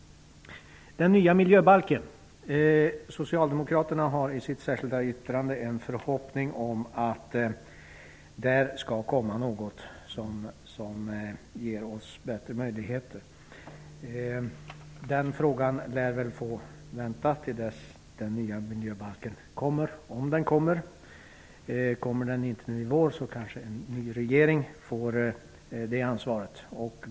Socialdemokraterna har i sitt särskilda yttrande en förhoppning om att den nya miljöbalken skall ge oss bättre möjligheter. Den frågan lär få vänta tills den nya miljöbalken kommer -- om den kommer. Om den inte kommer nu i vår kanske en ny regering får ansvaret.